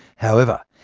however,